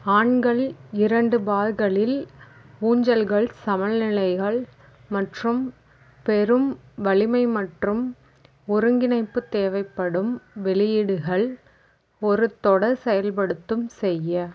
ஆண்கள் இரண்டு பார்களில் ஊஞ்சல்கள் சமநிலைகள் மற்றும் பெரும் வலிமை மற்றும் ஒருங்கிணைப்பு தேவைப்படும் வெளியீடுகள் ஒரு தொடர் செயல்படுத்தும் செய்ய